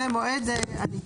(4) מועד הניתוח,